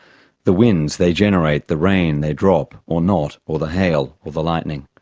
the winds they generate, the rain they drop, or not, or the hail or the lightning.